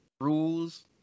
rules